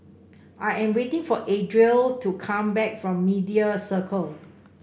I am waiting for Adriel to come back from Media Circle